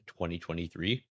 2023